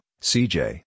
CJ